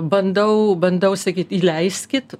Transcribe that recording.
bandau bandau sakyt įleiskit